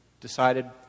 decided